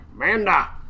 Amanda